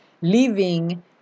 living